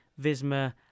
Visma